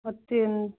hotel